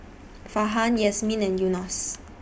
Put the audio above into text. Farhan Yasmin and Yunos